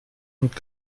und